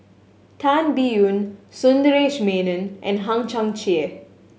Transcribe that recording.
Tan Biyun Sundaresh Menon and Hang Chang Chieh